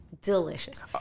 Delicious